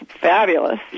fabulous